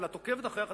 ואת עוקבת אחרי החדשות,